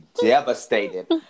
devastated